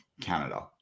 Canada